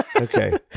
Okay